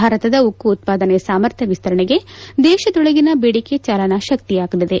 ಭಾರತದ ಉಕ್ಕು ಉತ್ಪಾದನೆ ಸಾಮರ್ಥ್ನ ವಿಸ್ಗರಣೆಗೆ ದೇಶದೊಳಗಿನ ದೇಡಿಕೆ ಚಾಲನಾ ಶಕ್ಷಿಯಾಗಲಿದೆ